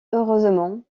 heureusement